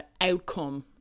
outcome